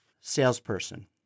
Salesperson